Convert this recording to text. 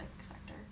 sector